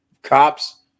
cops